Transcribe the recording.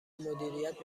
مدیریت